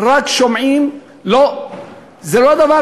רק שומעים, זה לא דבר